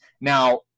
Now